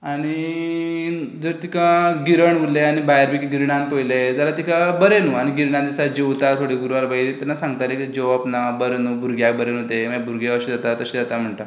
आनी जर तिका गिरण उरलें आनी भायर गिरणाक पळयलें जाल्यार तिका बरें न्हू आनी गिरणा दिसा जेवता थोडी गुरवार बायल तेन्ना सांगताले की जेवप ना बरें न्हू भुरग्याक बरें न्हू तें मागीर भुरगें अशें जाता करून अशें जाता तशें जाता म्हणटात